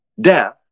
death